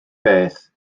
beth